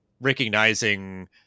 recognizing